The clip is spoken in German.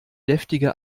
deftige